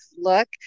look